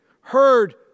heard